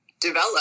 develop